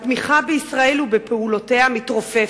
התמיכה בישראל ובפעולותיה מתרופפת.